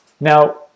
Now